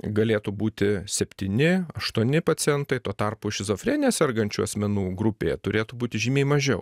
galėtų būti septyni aštuoni pacientai tuo tarpu šizofrenija sergančių asmenų grupėje turėtų būti žymiai mažiau